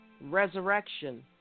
resurrection